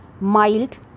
mild